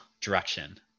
direction